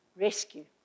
rescue